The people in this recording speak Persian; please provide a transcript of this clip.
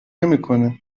نمیکند